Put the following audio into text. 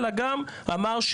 זה נאמר.